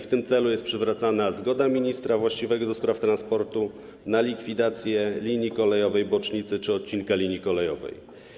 W tym celu jest przywracana zgoda ministra właściwego ds. transportu na likwidację linii kolejowej bocznicy czy odcinka linii kolejowej.